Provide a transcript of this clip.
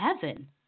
heaven